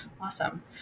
Awesome